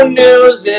news